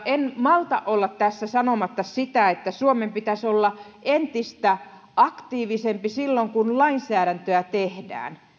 en malta olla tässä sanomatta sitä että suomen pitäisi olla entistä aktiivisempi silloin kun lainsäädäntöä tehdään